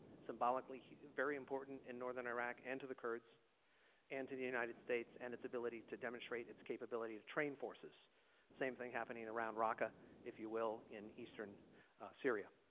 symbolically very important in northern iraq and to the kurds and to the united states and its ability to demonstrate its capability to train forces. the same thing happening around raqqa if you will in eastern syria.